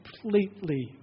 completely